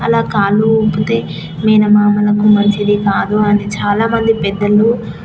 అలా కాళ్ళు ఊపితే మేనమామలకు మంచిది కాదు అని చాలా మంది పెద్దలు